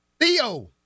Theo